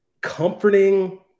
comforting